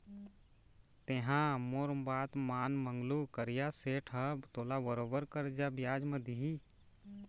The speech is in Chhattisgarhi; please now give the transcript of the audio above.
तेंहा मोर बात मान मंगलू करिया सेठ ह तोला बरोबर करजा बियाज म दिही